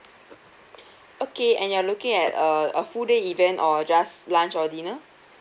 okay and you're looking at uh a full day event or just lunch or dinner